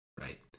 right